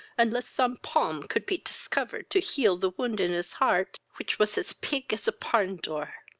unless some palm could be tiscovered to heal the wound in his heart, which was as pig as a parn door.